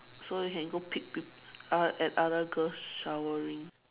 so you can go peek peop~ uh at other girls showering